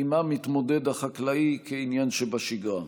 שעימם מתמודד החקלאי כעניין שבשגרה.